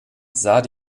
sah